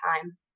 time